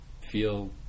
feel